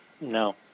No